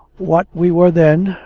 what we were then,